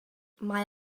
mae